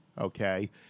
Okay